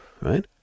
right